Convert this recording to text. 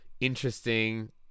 interesting